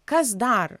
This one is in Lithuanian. kas dar